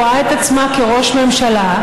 רואה את עצמה כראש ממשלה,